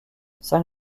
cinq